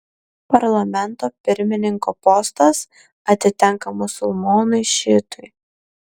parlamento pirmininko postas atitenka musulmonui šiitui